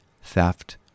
theft